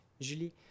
Julie